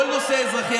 כל נושא אזרחי,